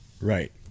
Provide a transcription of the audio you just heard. Right